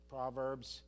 Proverbs